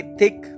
thick